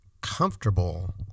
comfortable